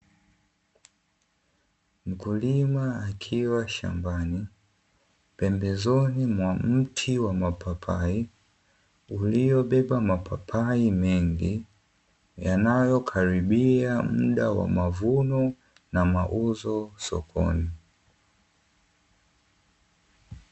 Mkulima akiwa shambani pembeni mwa mti wa mapapai, iliobeba mapapai mengi yanayo karibia muda wa mavuno na mauzo sokoni.